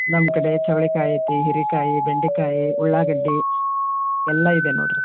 ನಮ್ಮ ಕಡೆ ಚೌಳಿಕಾಯಿ ಐತಿ ಹೀರೆಕಾಯಿ ಬೆಂಡೆಕಾಯಿ ಉಳ್ಳಾಗಡ್ಡಿ ಎಲ್ಲ ಇದೆ ನೋಡಿ ರೀ